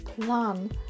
plan